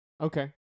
Okay